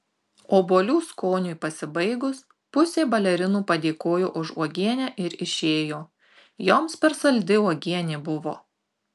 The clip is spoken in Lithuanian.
obuolių skoniui pasibaigus pusė balerinų padėkojo už uogienę ir išėjo joms per saldi uogienė buvo